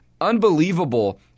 Unbelievable